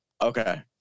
okay